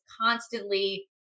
constantly